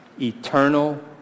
eternal